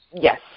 Yes